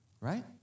right